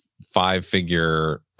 five-figure